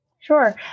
Sure